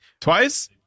Twice